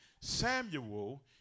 Samuel